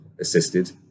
assisted